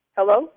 Hello